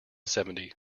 seventy